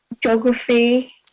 geography